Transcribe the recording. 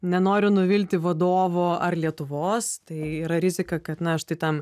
nenoriu nuvilti vadovo ar lietuvos tai yra rizika kad na štai tam